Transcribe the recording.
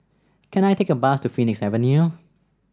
can I take a bus to Phoenix Avenue